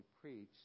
preach